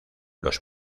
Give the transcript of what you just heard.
los